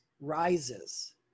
rises